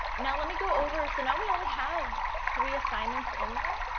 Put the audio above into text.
now let me go over. so now we only have three assignments in there